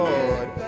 Lord